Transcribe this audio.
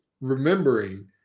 remembering